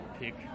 pick